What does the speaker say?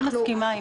אני מסכימה.